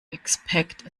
expect